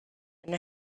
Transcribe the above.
and